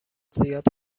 زیاد